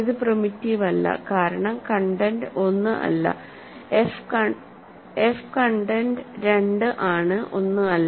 ഇത് പ്രിമിറ്റീവ് അല്ല കാരണം കണ്ടെന്റ് 1 അല്ല എഫ് കണ്ടെന്റ് 2 ആണ് 1അല്ല